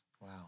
Wow